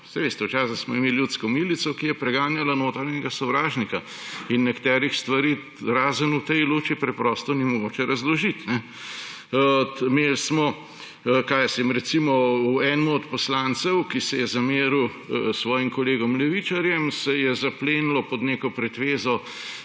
veste, včasih smo imeli ljudsko milico, ki je preganjala notranjega sovražnika. In nekaterih stvari, razen v tej luči, preprosto ni mogoče razložiti. Recimo enemu od poslancev, ki se je zameril svojim kolegom levičarjem, se je zaplenilo pod neko pretvezo